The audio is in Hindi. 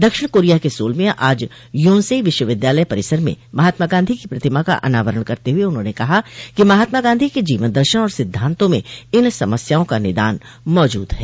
दक्षिण कोरिया के सोल में आज योनसेइ विश्वविद्यालय परिसर में महात्मा गांधी की प्रतिमा का अनावरण करते हुए उन्होंने कहा कि महात्मा गांधी के जीवन दर्शन और सिद्धांतों में इन समस्याओं का निदान मौजूद है